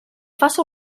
faça